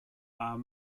are